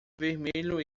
vermelho